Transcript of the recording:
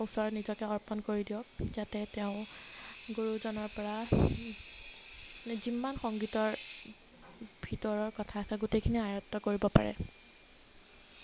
ওচৰত নিজকে অৰ্পণ কৰি দিয়ক যাতে তেওঁ গুৰুজনৰ পৰা যিমান সংগীতৰ ভিতৰৰ কথা আছে গোটেইখিনি আয়ত্ত্ব কৰিব পাৰে